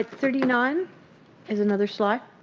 ah thirty nine is another slide.